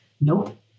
Nope